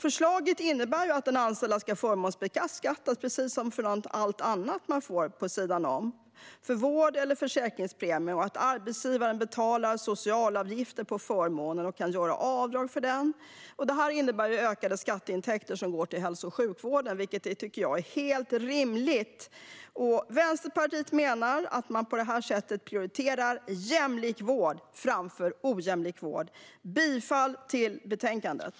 Förslaget innebär att den anställde ska förmånsbeskattas för vård eller försäkringspremien, precis som allt annat som man får på sidan om. Arbetsgivaren betalar socialavgifter på förmånen och kan göra avdrag för den. Det här innebär ökade skatteintäkter som går till hälso och sjukvården, vilket jag tycker är helt rimligt. Vänsterpartiet menar att man på det här sättet prioriterar "jämlik vård framför ojämlik vård". Jag yrkar bifall till utskottets förslag i betänkandet.